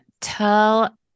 Tell